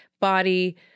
body